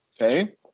okay